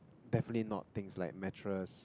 definitely not things like mattress